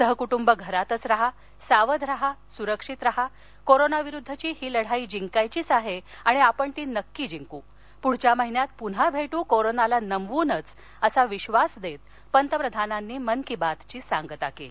सहकुटुंब घरातच रहा सावध रहा सुरक्षित रहा कोरोनाविरुद्धची ही लढाई जिंकायचीच आहआणि आपण ती नक्की जिंकू पुढच्या महिन्यात पुन्हा भट्टूकोरोनाला नमवूनच असा विश्वास दक्ष पंतप्रधानांनी कली मन की बातची सांगता कली